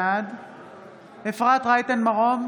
בעד אפרת רייטן מרום,